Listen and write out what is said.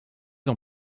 ans